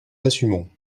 l’assumons